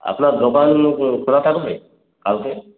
আপনার দোকান খোলা থাকবে কালকে